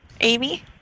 Amy